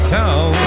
town